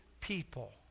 people